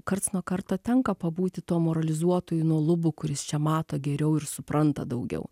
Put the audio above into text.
karts nuo karto tenka pabūti to moralizuotoju nuo lubų kuris čia mato geriau ir supranta daugiau